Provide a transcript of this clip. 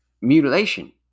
mutilation